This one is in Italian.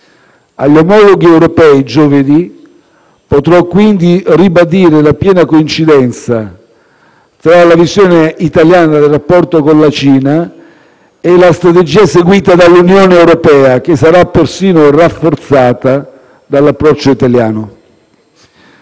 Agli omologhi europei, giovedì, potrò quindi ribadire la piena coincidenza tra la visione italiana del rapporto con la Cina e la strategia seguita dall'Unione europea, che sarà persino rafforzata dall'approccio italiano.